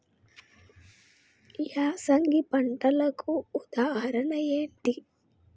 యాసంగి పంటలకు ఉదాహరణ ఏంటి?